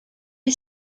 est